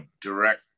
direct